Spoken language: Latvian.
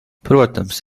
protams